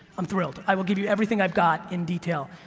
i'm thrilled, i will give you everything i've got in detail,